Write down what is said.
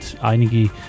einige